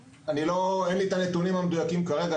אין לי את הנתונים המדויקים כרגע.